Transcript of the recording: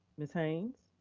ms. haynes.